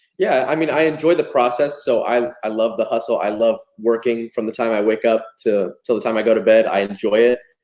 yeah, i mean, i enjoy the process. so i i love the hustle. i love working from the time i wake up to till the time i go to bed, i enjoy it.